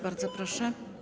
Bardzo proszę.